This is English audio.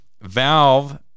Valve